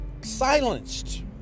silenced